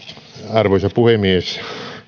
arvoisa puhemies